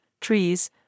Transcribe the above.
trees